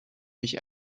mich